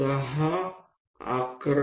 બરાબર